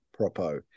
propo